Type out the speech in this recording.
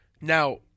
Now